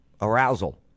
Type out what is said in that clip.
arousal